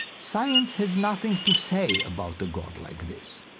science has nothing to say about a god like this.